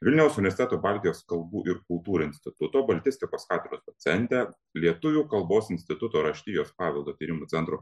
vilniaus universiteto baltijos kalbų ir kultūrų instituto baltistikos katedros docentę lietuvių kalbos instituto raštijos paveldo tyrimų centro